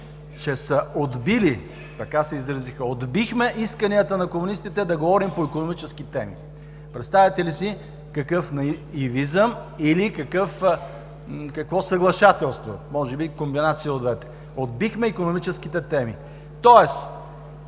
че са отбили, така се изразиха: „отбихме исканията на комунистите да говорим по икономически теми“. Представяте ли си какъв наивизъм или какво съглашателство, може би комбинация от двете – „отбихме икономическите теми“?! Тоест